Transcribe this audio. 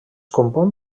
compon